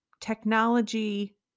technology